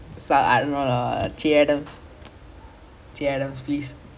no they won't they won't lah I mean ninety five already